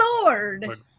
sword